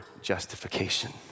justification